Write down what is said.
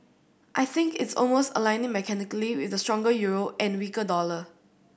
I think it's almost aligning mechanically with the stronger euro and weaker dollar